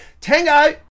Tango